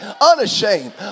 unashamed